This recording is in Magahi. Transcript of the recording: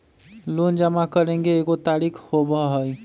लोन जमा करेंगे एगो तारीक होबहई?